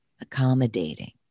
accommodating